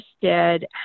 interested